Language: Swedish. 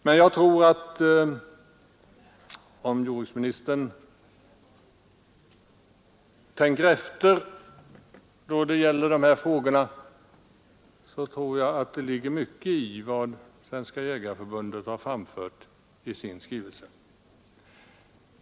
Men om jordbruksministern tänker efter, tror jag att han finner att det ligger mycket i vad Svenska jägareförbundet har anfört i sin skrivelse.